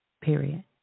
Period